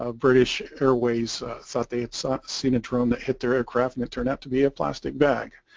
ah british airways thought they had so seen a drone that hit their aircraft and it turned out to be a plastic bag.